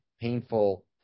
painful